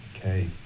Okay